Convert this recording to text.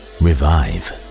revive